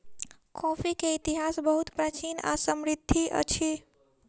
coffee के इतिहास बहुत प्राचीन आ समृद्धि अछि